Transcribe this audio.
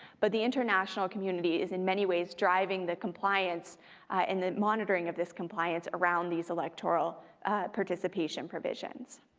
but the international community is in many ways driving the compliance and the monitoring of this compliance around these electoral participation provisions.